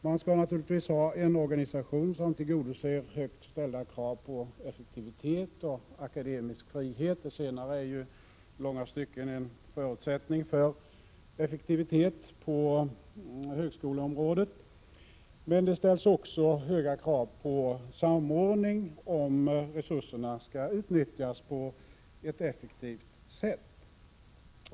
Man skall naturligtvis ha en organisation som tillgodoser högt ställda krav på effektivitet och akademisk frihet. Det senare är i långa stycken en förutsättning för effektivitet på högskoleområdet. Men det ställs också höga krav på samordning, om resurserna skall utnyttjas på ett effektivt sätt.